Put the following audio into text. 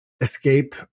escape